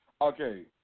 Okay